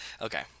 Okay